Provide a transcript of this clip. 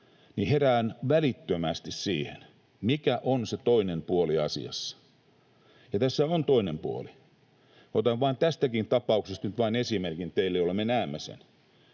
että herään välittömästi siihen, mikä on se toinen puoli asiassa, ja tässä on toinen puoli. Otan tästäkin tapauksesta teille nyt vain esimerkin, jolloin me näemme sen.